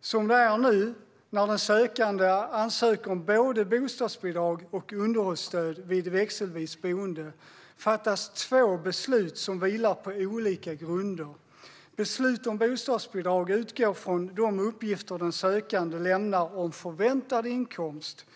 Som det är nu fattas två beslut som vilar på olika grunder när den sökande ansöker om både bostadsbidrag och underhållsstöd vid växelvist boende. Beslut om bostadsbidrag utgår från de uppgifter den sökande lämnar om förväntad inkomst.